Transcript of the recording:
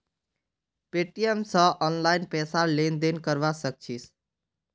Paytm स online पैसार लेन देन करवा सक छिस